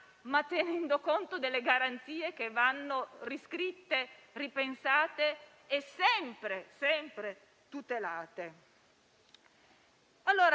tenendo conto tuttavia delle garanzie che vanno riscritte, ripensate e sempre tutelate.